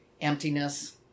emptiness